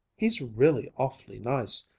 he's really awfully nice,